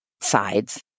sides